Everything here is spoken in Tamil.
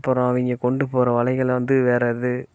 அப்புறம் அவங்க கொண்டு போகிற வலைகள் வந்து வேறு இது